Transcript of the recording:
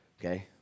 Okay